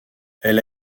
elle